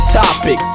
topic